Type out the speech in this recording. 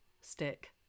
stick